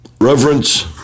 reverence